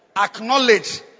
Acknowledge